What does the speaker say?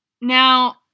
Now